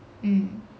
mm